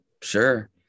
sure